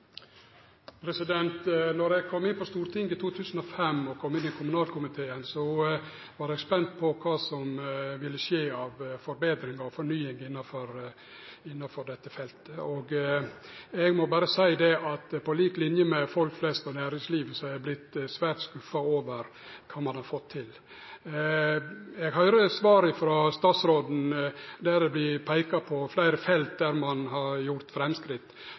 eg kom inn på Stortinget i 2005 og kom inn i kommunalkomiteen, var eg spent på kva som ville skje av forbetring og fornying innanfor dette feltet. Eg må berre seie at på lik linje med folk flest og næringslivet har eg vorte svært skuffa over kva ein har fått til. Eg høyrer svaret frå statsråden. Ho peikar på fleire felt der ein har gjort